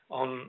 on